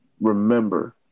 remember